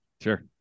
Sure